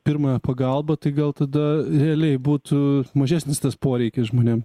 pirmąją pagalbą tai gal tada realiai būtų mažesnis tas poreikis žmonėm